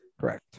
Correct